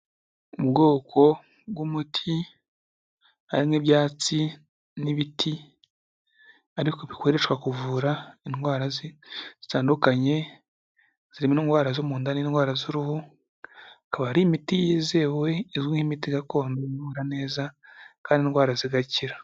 Ubwoko bw'umuti hari n'ibyatsi n'ibiti ariko bikoreshwa kuvura indwara zitandukanye, zirimo indwara zo mu nda n'indwara z'uruhu, ikaba ari imiti yizewe izwi nk'imiti gakondo ivura neza kandi indwara zigakira.